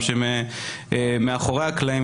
אלו שמאחורי הקלעים,